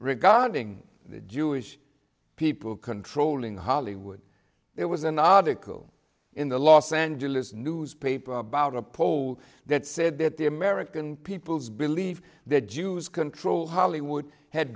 regarding the jewish people controlling hollywood there was an article in the los angeles newspaper about a poll that said that the american peoples believe that jews control hollywood had